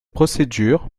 procédure